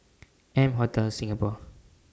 M Hotel Singapore